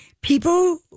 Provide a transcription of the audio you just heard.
people